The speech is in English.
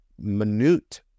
minute